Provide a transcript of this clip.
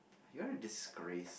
you're a disgrace